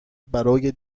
برای